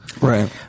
Right